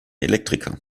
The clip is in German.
elektriker